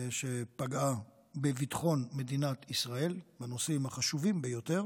שפגעה בביטחון מדינת ישראל בנושאים החשובים ביותר